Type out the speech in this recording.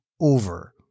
over